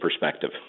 perspective